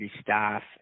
staff